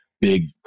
big